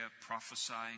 prophesying